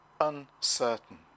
uncertain